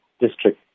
District